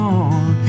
on